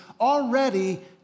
already